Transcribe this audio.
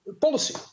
policy